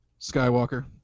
Skywalker